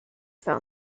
found